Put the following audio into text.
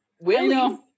Willie